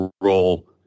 role